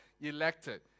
elected